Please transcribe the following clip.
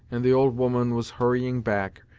and the old woman was hurrying back,